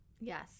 yes